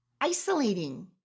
isolating